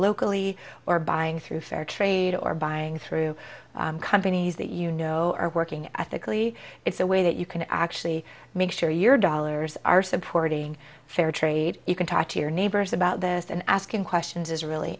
locally or buying through fair trade or buying through companies that you know are working at the cli it's a way that you can actually make sure your dollars are supporting fair trade you can talk to your neighbors about this and asking questions is really